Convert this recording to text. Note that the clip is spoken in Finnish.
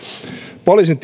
poliisin